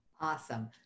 Awesome